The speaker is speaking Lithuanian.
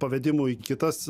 pavedimų į kitas